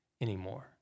anymore